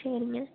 சரிங்க